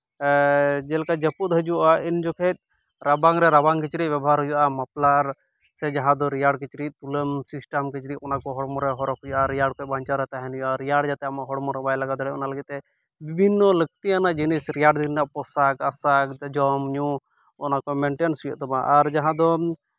ᱡᱮᱞᱮᱠᱟ ᱡᱟᱹᱯᱩᱫ ᱦᱟᱹᱡᱩᱜᱼᱟ ᱤᱱ ᱡᱚᱠᱷᱮᱡ ᱨᱟᱵᱟᱝ ᱨᱮ ᱨᱟᱵᱟᱝ ᱠᱤᱪᱨᱤᱡ ᱵᱮᱵᱚᱦᱟᱨ ᱦᱩᱭᱩᱜᱼᱟ ᱢᱟᱯᱞᱟᱨ ᱥᱮ ᱡᱟᱦᱟᱸ ᱫᱚ ᱨᱮᱭᱟᱲ ᱠᱤᱪᱨᱤᱪ ᱛᱩᱞᱟᱹᱢ ᱥᱤᱥᱴᱮᱢ ᱚᱱᱟ ᱠᱚ ᱦᱚᱲᱢᱚ ᱨᱮ ᱦᱚᱨᱚᱠ ᱦᱩᱭᱩᱜᱼᱟ ᱨᱮᱭᱟᱲ ᱠᱷᱚᱡ ᱵᱟᱧᱪᱟᱣ ᱨᱮ ᱛᱟᱦᱮᱱ ᱦᱩᱭᱩᱜᱼᱟ ᱨᱮᱭᱟᱲ ᱡᱟᱛᱮ ᱟᱢᱟᱜ ᱦᱚᱲᱢᱚ ᱨᱮ ᱵᱟᱭ ᱞᱟᱜᱟᱣ ᱫᱟᱲᱮᱜ ᱚᱱᱟ ᱞᱟᱹᱜᱤᱫ ᱛᱮ ᱵᱤᱵᱷᱤᱱᱱᱚ ᱞᱟᱹᱠᱛᱤᱭᱟᱱᱟᱜ ᱡᱤᱱᱤᱥ ᱨᱮᱭᱟᱲ ᱫᱤᱱ ᱨᱮᱱᱟᱜ ᱯᱚᱥᱟᱠᱼᱟᱥᱟᱠ ᱱᱟᱛᱮ ᱡᱚᱢᱼᱧᱩ ᱚᱱᱟ ᱠᱚ ᱢᱮᱱᱴᱮᱱᱥ ᱦᱩᱭᱩᱜ ᱛᱟᱢᱟ ᱟᱨ ᱡᱟᱦᱟᱸ ᱫᱚ